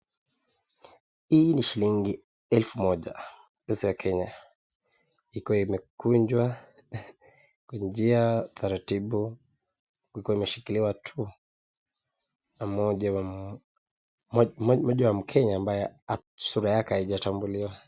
Hii ni shilingi elfu Moja pesa ya Kenya. Iko imekunjwa kwa njia ya taratibu. Iko imeshikiliwa tu. Na moja wa moja wa Mkenya ambaye sura yake haijatambuliwa.